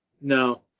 No